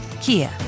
Kia